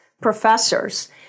professors